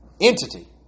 entity